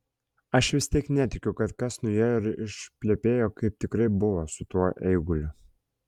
aš vis tiek netikiu kad kas nuėjo ir išplepėjo kaip tikrai buvo su tuo eiguliu